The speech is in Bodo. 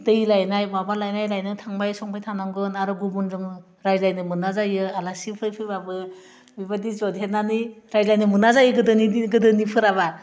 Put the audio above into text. दै लायनाइ माबा लायनाय लायना थांबाय संबाय थानांगोन आरो गुबुनजों रायज्लायनो मोना जायो आलासिफोर फैबाबो बेबादि जदेरनानै रायज्लायनो मोना जायो गोदोनि गोदोनिफोराबा